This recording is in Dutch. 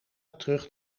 terug